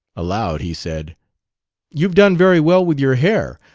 aloud, he said you've done very well with your hair.